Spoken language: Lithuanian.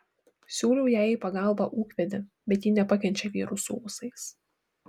siūliau jai į pagalbą ūkvedį bet ji nepakenčia vyrų su ūsais